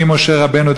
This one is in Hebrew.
ממשה רבנו,